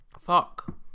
fuck